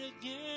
again